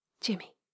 Jimmy